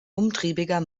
umtriebiger